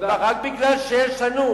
רק משום שיש לנו